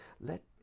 Let